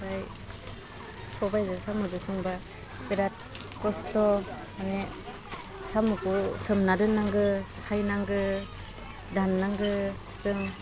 ओमफ्राय सबाइजों साम'जों संबा बिराथ खस्थ' माने साम'खौ सोमना दोन्नांगो सायनांगौ दान्नांगौ जों